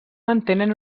mantenen